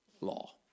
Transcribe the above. law